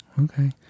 Okay